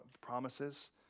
promises